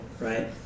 right